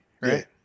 Right